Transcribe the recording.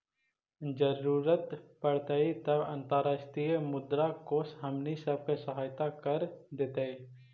जरूरत पड़तई तब अंतर्राष्ट्रीय मुद्रा कोश हमनी सब के सहायता कर देतई